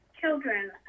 children